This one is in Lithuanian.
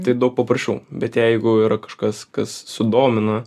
tai daug paprasčiau bet jeigu yra kažkas kas sudomina